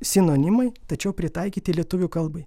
sinonimai tačiau pritaikyti lietuvių kalbai